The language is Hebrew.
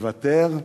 מוותר?